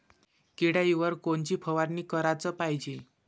किड्याइवर कोनची फवारनी कराच पायजे?